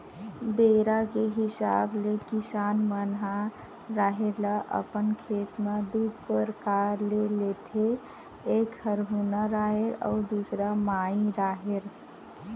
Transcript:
बेरा के हिसाब ले किसान मन ह राहेर ल अपन खेत म दू परकार ले लेथे एक हरहुना राहेर अउ दूसर माई राहेर